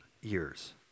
years